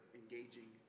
engaging